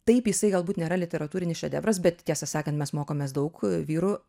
taip jisai galbūt nėra literatūrinis šedevras bet tiesą sakant mes mokomės daug a vyrų